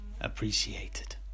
appreciated